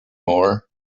more